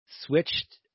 switched